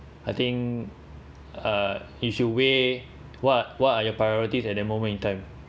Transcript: I think uh you should weigh what what are your priorities at that moment in time